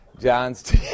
John's